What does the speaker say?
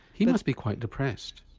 he must be quite depressed?